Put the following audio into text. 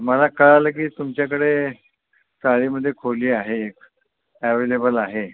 मला कळालं की तुमच्याकडे चाळीमध्ये खोली आहे एक ॲवेलेबल आहे